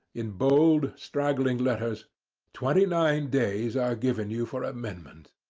in bold straggling letters twenty-nine days are given you for amendment,